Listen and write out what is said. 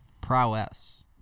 prowess